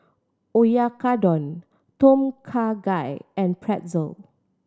Oyakodon Tom Kha Gai and Pretzel